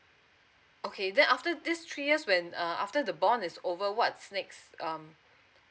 okay then after this three years when uh after the bond is over what's next um